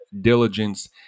diligence